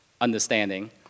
understanding